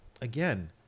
again